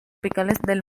tropicales